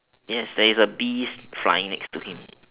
yes there is a bees flying next to him